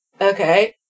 Okay